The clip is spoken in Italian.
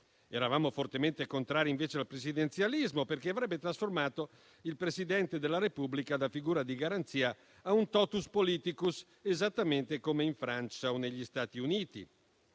Eravamo fortemente contrari, invece, al presidenzialismo, perché avrebbe trasformato il Presidente della Repubblica da figura di garanzia a un *totus politicus*, esattamente come in Francia o negli Stati Uniti.